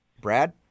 Brad